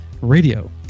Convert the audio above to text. radio